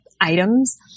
items